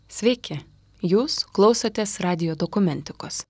sveiki jūs klausotės radijo dokumentikos